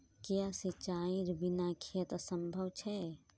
क्याँ सिंचाईर बिना खेत असंभव छै?